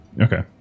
Okay